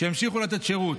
שימשיכו לתת שירות.